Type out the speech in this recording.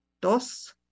dos